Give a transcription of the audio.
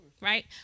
right